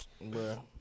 Bro